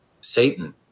satan